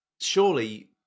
surely